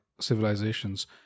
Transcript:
civilizations